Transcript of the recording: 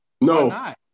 No